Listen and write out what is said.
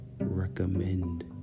recommend